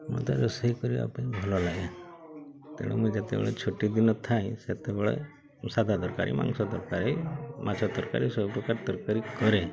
ମୋତେ ରୋଷେଇ କରିବା ପାଇଁ ଭଲ ଲାଗେ ତେଣୁ ମୁଁ ଯେତେବେଳେ ଛୁଟି ଦିନ ଥାଏ ସେତେବେଳେ ମୁଁ ସାଧା ତରକାରୀ ମାଂସ ତରକାରୀ ମାଛ ତରକାରୀ ସବୁପ୍ରକାର ତରକାରୀ କରେ